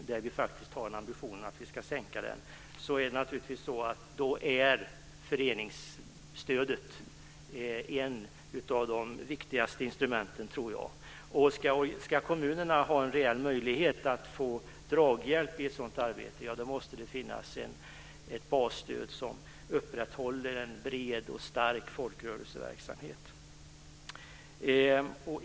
Vi har ju faktiskt ambitionen att vi ska sänka den, och jag tror att föreningsstödet är ett av de viktigaste instrumenten där. Om kommunerna ska ha en reell möjlighet att få draghjälp i ett sådant arbete måste det finnas ett basstöd som upprätthåller en bred och stark folkrörelseverksamhet.